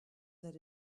that